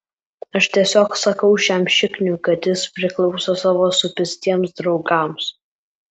aš tiesiog sakau šiam šikniui kad jis priklauso savo supistiems draugams